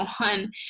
on